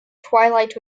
twilight